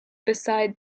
beside